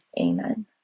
Amen